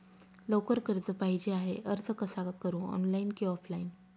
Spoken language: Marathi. लवकर कर्ज पाहिजे आहे अर्ज कसा करु ऑनलाइन कि ऑफलाइन?